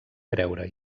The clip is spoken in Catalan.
creure